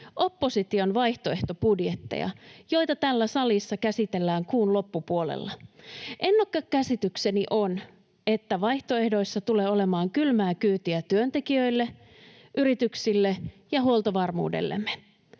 opposition vaihtoehtobudjetteja, joita täällä salissa käsitellään kuun loppupuolella. Ennakkokäsitykseni on, että vaihtoehdoissa tulee olemaan kylmää kyytiä työntekijöille, yrityksille ja huoltovarmuudellemme.